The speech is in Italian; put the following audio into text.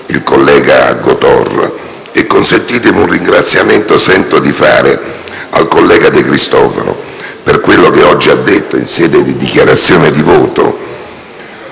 Grazie,